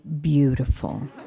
beautiful